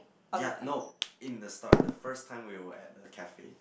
ya no in the start the first time we were at the cafe